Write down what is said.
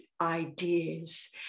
ideas